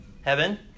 heaven